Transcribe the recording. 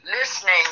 listening